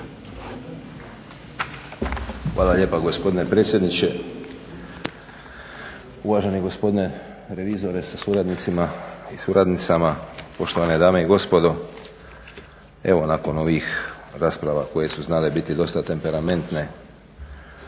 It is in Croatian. Hvala lijepa gospodine predsjedniče. Uvaženi gospodine revizore sa suradnicama i suradnicima, poštovane dame i gospodo. Evo nakon ovih rasprava koje su znale biti dosta temperamentne